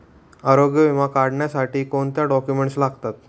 आरोग्य विमा काढण्यासाठी कोणते डॉक्युमेंट्स लागतात?